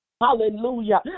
Hallelujah